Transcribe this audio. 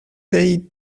they